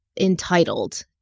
entitled